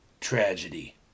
tragedy